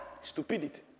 Stupidity